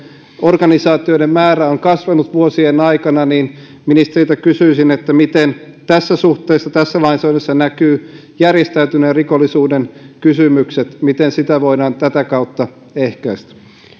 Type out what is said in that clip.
organisaatioiden määrä on kasvanut vuosien aikana ja ministeriltä kysyisin miten tässä suhteessa tässä lainsäädännössä näkyvät järjestäytyneen rikollisuuden kysymykset miten sitä voidaan tätä kautta ehkäistä